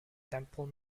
temple